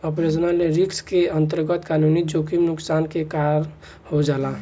operational risk के अंतरगत कानूनी जोखिम नुकसान के कारन हो जाला